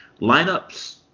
lineups